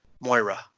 Moira